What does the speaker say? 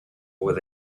with